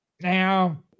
Now